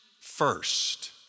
first